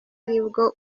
aribwo